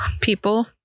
people